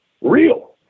real